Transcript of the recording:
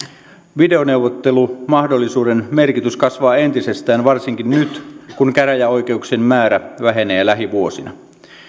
videoneuvottelumahdollisuuden merkitys kasvaa entisestään varsinkin nyt kun käräjäoikeuksien määrä vähenee lähivuosina